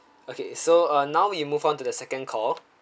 okay so uh now we move on to the second call